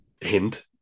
hint